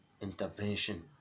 Intervention